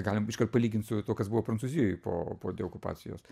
galim iškart palygint su tuo kas buvo prancūzijoje po po deokupacijos